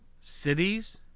cities